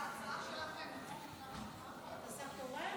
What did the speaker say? את ההצעה לקיים דיון במליאת הכנסת בעניינה של היועצת